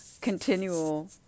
continual